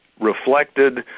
reflected